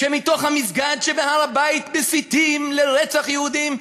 שמתוך המסגד שבהר-הבית מסיתים לרצח יהודים,